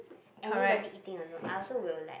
anybody eating alone I also will like